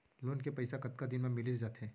Loan के पइसा कतका दिन मा मिलिस जाथे?